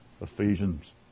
Ephesians